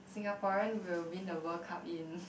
Singaporean will win the World Cup in